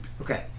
Okay